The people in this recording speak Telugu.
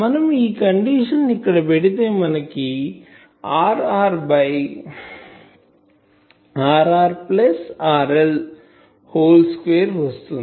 మనం ఈ కండిషన్ ను ఇక్కడ పెడితే మనకుRr by Rr plus RL whole square వస్తుంది